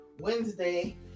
wednesday